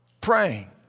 praying